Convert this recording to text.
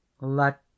Let